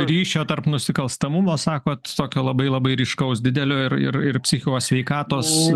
ryšio tarp nusikalstamumo sakot tokio labai labai ryškaus didelio ir ir ir psichikos sveikatos